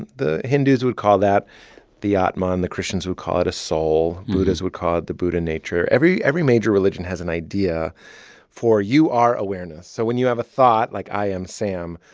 the hindus would call that the atman. the christians would call it a soul. buddhists would call it the buddha nature. every every major religion has an idea for you are awareness. so when you have a thought, like i am sam,